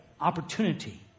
opportunity